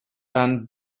and